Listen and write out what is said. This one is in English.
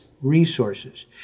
resources